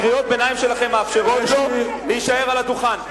קריאות הביניים שלכם מאפשרות לו להישאר על הדוכן.